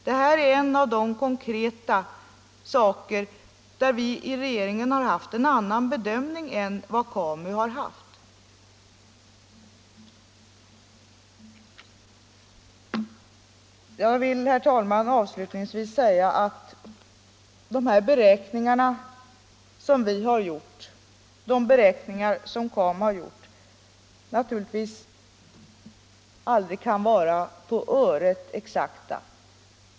Det är en av de konkreta saker där vi i regeringen har gjort en annan bedömning än KAMU. Jag vill, herr talman, avslutningsvis säga att vare sig de beräkningar som vi har gjort inom regeringen eller de som KAMU har gjort naturligtvis inte kan vara på öret exakta.